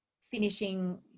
finishing